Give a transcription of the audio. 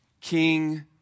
King